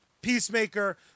Peacemaker